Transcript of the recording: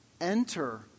enter